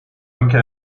آنکه